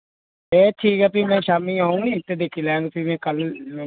एह् ठीक ऐ फ्ही में शाम्मीं औङ निं ते दिक्खी लैङ फ्ही में कल